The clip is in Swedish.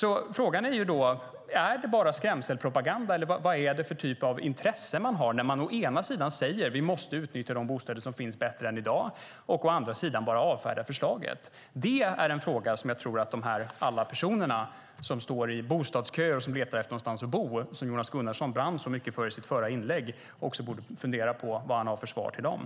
Frågan är: Är det bara skrämselpropaganda, eller vad är det för intresse man har? Å ena sidan säger man: Vi måste utnyttja de bostäder som finns bättre än i dag. Å andra sidan avfärdar man avslaget. Jonas Gunnarsson borde fundera på vad han har för svar till alla dem som står i bostadskön och som letar efter någonstans att bo, dem som Jonas Gunnarsson brann så mycket för i sitt inlägg.